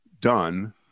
done